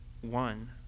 one